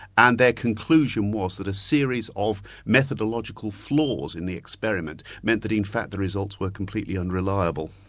and their conclusion was that a series of methodological flaws in the experiment meant that in fact the results were completely unreliable.